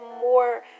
more